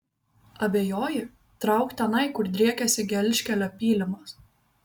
abejoji trauk tenai kur driekiasi gelžkelio pylimas